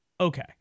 Okay